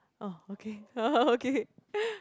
oh okay okay